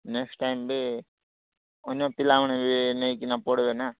next time ବି ଅନ୍ୟ ପିଲାମାନେ ବି ନେଇକିନା ପଢ଼ିବେ ନା